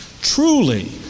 truly